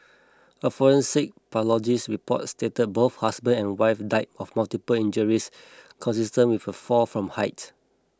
a forensic pathologist's report stated both husband and wife died of multiple injuries consistent with a fall from height